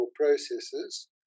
processes